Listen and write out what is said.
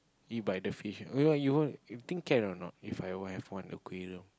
eat by the fish you think can or not If I will have one aquarium